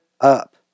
up